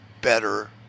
better